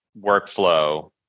workflow